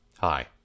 Hi